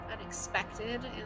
unexpected